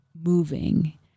moving